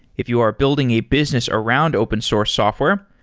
if you are building a business around open source software,